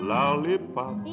Lollipop